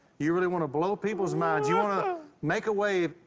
you really want to blow people's minds. you want to make a wave.